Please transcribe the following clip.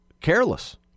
careless